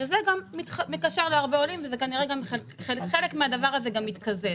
שזה גם מקשר להרבה עולים וכנראה שחלק מהדבר הזה גם מתקזז.